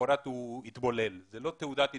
ולמחרת הוא מתבולל, זו לא תעודת התבוללות,